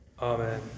Amen